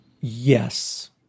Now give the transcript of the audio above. Yes